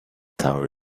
tower